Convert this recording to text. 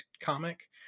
comic